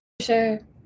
sure